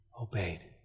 Obeyed